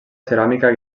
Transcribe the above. ceràmica